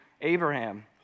Abraham